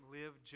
live